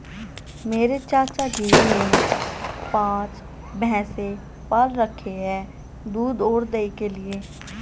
मेरे चाचा जी ने पांच भैंसे पाल रखे हैं दूध और दही के लिए